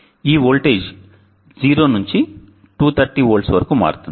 ఈ వోల్టేజి 0 నుండి 230V వరకు మారుతుంది